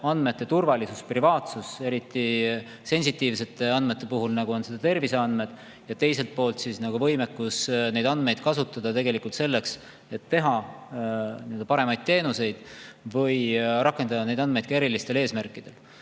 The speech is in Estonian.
andmete turvalisus, privaatsus, eriti sensitiivsete andmete puhul, nagu on terviseandmed, ja teiselt poolt võimekus neid andmeid kasutada selleks, et pakkuda paremaid teenuseid ja rakendada neid ka ärilistel eesmärkidel.